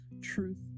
Truth